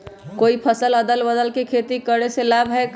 कोई फसल अदल बदल कर के खेती करे से लाभ है का?